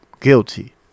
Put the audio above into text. guilty